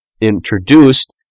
introduced